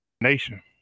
nation